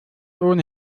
ohne